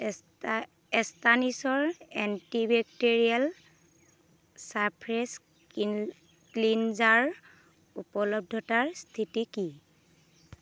এষ্টা এষ্টানিছৰ antibacterial surface skin cleanser উপলব্ধতাৰ স্থিতি কি